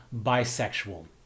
bisexual